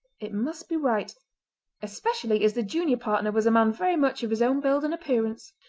it must be right especially as the junior partner was a man very much of his own build and appearance.